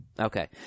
Okay